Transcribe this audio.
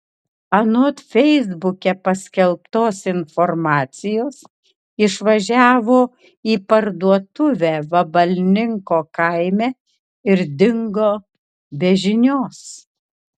anot feisbuke paskelbtos informacijos išvažiavo į parduotuvę vabalninko kaime ir dingo be žinios